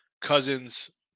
Cousins